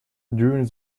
during